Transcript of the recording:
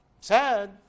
Sad